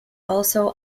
also